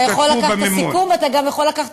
אתה יכול לקחת את הסיכום ואתה גם יכול לקחת